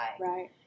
Right